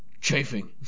chafing